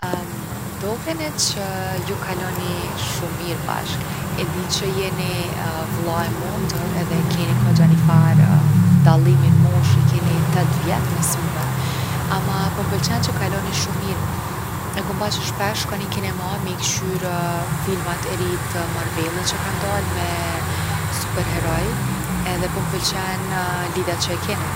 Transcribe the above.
dokeni që ju kalni shumë mirë bashke! E di që jeni vlla e motër edhe e keni kogja nifar dallimi n’moshë, i keni 8 vjet mes juve ama po m’pëlqen që kaloni shumë mirë. E kom pa që shpesh shkoni n’kinema me i kqyr filmat e ri të Marvel-it që kanë dalë me superheroj edhe po m’pëlqen lidhja që e keni.